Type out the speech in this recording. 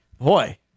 Boy